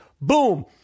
boom